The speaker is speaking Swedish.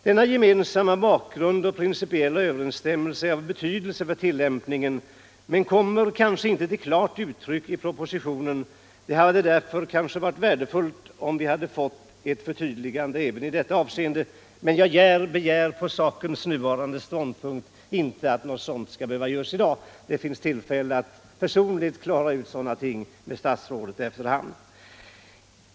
Denna gemensamma bakgrund och principiella överensstämmelse är av betydelse vid tillämpningen, men kommer kanske inte till klart uttryck i propositionen. Det hade därför kanske varit värdefullt om vi hade fått ett förtydligande även i detta avseende. Men jag begär på sakens nuvarande ståndpunkt inte att något sådant skall behöva göras i dag. Det finns tillfälle att personligen klara av sådana ting med statsrådet efter hand.